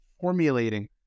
formulating